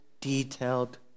detailed